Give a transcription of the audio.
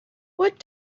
what